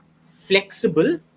flexible